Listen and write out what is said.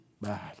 bad